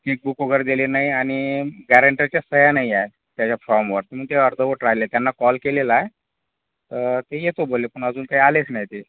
chequebook वगैरे दिली नाही आणि ग्यारंटरच्या सह्या नाही आहे त्याच्या फॉर्मवर मग ते अर्धवट राहिले आहे त्यांना कॉल केलेला आहे ते येतो बोलले पण अजून काही आलेच नाही ते